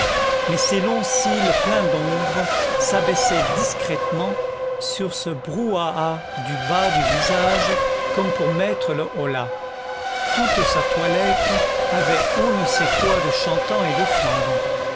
mais ses longs cils pleins d'ombre s'abaissaient discrètement sur ce brouhaha du bas du visage comme pour mettre le holà toute sa toilette avait on ne sait quoi de chantant et de flambant